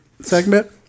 segment